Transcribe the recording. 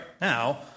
now